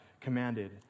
commanded